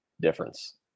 difference